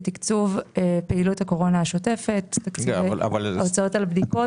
לתקצוב פעילות הקורונה השוטפת, הוצאות על בדיקות.